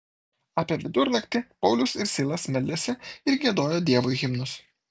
apie vidurnaktį paulius ir silas meldėsi ir giedojo dievui himnus